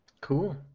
Cool